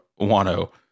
Wano